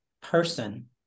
person